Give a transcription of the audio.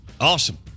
Awesome